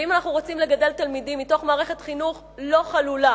ואם אנחנו רוצים לגדל תלמידים מתוך מערכת חינוך לא חלולה